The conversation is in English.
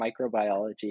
microbiology